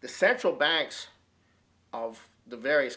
the central banks of the various